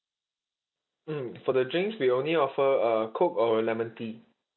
mm for the drinks we only offer uh coke or lemon tea